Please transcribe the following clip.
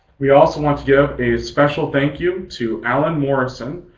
we also want to give a special thank you to alan morrison.